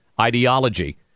ideology